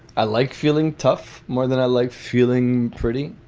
i like feeling tough more than i like feeling pretty